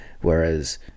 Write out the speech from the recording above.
whereas